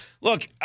Look